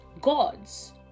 gods